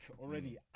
already